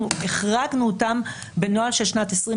והחרגנו אותם בנוהל של שנת 2020,